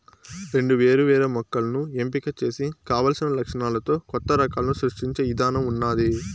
రెండు వేరు వేరు మొక్కలను ఎంపిక చేసి కావలసిన లక్షణాలతో కొత్త రకాలను సృష్టించే ఇధానం ఉన్నాది